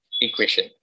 equation